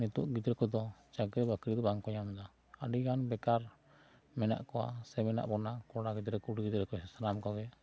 ᱱᱤᱛᱚᱜ ᱜᱤᱫᱽᱨᱟᱹ ᱠᱚ ᱫᱚ ᱪᱟᱹᱠᱨᱤ ᱵᱟᱹᱠᱨᱤ ᱵᱟᱝ ᱠᱚ ᱧᱟᱢ ᱮᱫᱟ ᱟᱹᱰᱤ ᱜᱟᱱ ᱵᱮᱠᱟᱨ ᱢᱮᱱᱟᱜ ᱠᱚᱣᱟ ᱥᱮ ᱵᱚᱱᱟ ᱠᱚᱲᱟ ᱜᱤᱫᱽᱨᱟᱹ ᱠᱩᱲᱤ ᱜᱤᱫᱽᱨᱟᱹ ᱥᱟᱱᱟᱢ ᱠᱚ ᱜᱮ